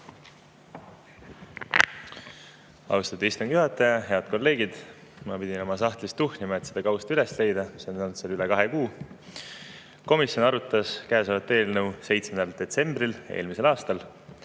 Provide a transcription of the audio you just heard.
Austatud istungi juhataja! Head kolleegid! Ma pidin oma sahtlis tuhnima, et seda kausta üles leida. See on olnud seal üle kahe kuu. Komisjon arutas käesolevat eelnõu 7. detsembril eelmisel aastal.